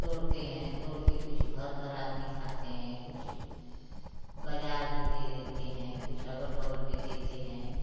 तोड़ते हैं तोड़ कर कुछ घर पर आदमी खाते हैं कुछ बाज़ार भी दे देते हैं कुछ अगल बगल में देते हैं